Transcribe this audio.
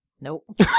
Nope